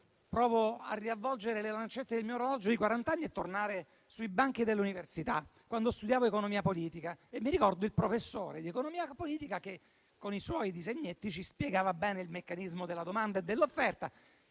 provo a riavvolgere le lancette del mio orologio di quarant'anni e tornare sui banchi dell'università, quando studiavo economia politica. Ricordo che il professore di economia politica con i suoi disegnetti ci spiegava bene il meccanismo della domanda e dell'offerta